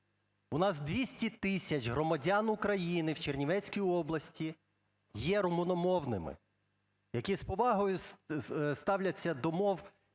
У нас 200 тисяч громадян України в Чернівецькій області є румуномовними, які з повагою ставляться до мов